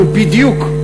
אנחנו בדיוק,